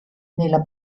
nella